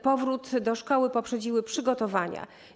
Powrót do szkoły poprzedziły przygotowania.